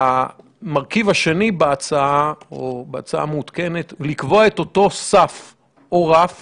המרכיב השני בהצעה המעודכנת הוא לקבוע את אותו סף או רף